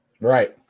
Right